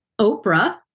Oprah